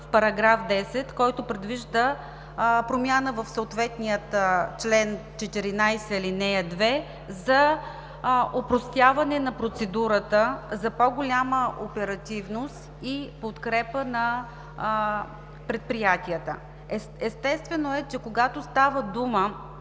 в § 10, който предвижда промяна в съответния чл. 14, ал. 2 за опростяване на процедурата за по-голяма оперативност и подкрепа на предприятията. Естествено е, че когато става дума